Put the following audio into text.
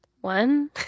one